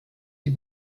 die